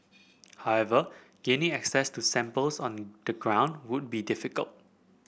however gaining access to samples on the ground would be difficult